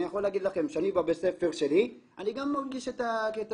אני יכול להגיד לכם שאני בבית הספר שלי גם מרגיש את הקטע